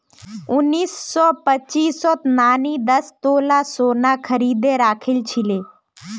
उन्नीस सौ पचासीत नानी दस तोला सोना खरीदे राखिल छिले